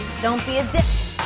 don't be a di